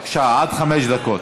בבקשה, עד חמש דקות.